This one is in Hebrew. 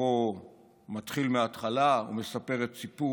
בספרו "מתחיל מהתחלה" הוא מספר את סיפור